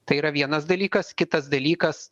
tai yra vienas dalykas kitas dalykas